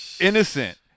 innocent